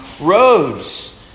roads